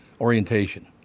Orientation